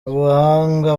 ubuhanga